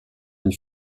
une